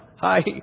hi